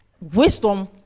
wisdom